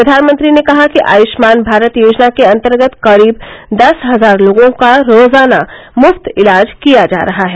प्रधानमंत्री ने कहा कि आयुष्मान भारत योजना के अंतर्गत करीब दस हजार लोगों का रोजाना मुफ्त इलाज किया जा रहा है